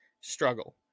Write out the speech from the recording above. struggle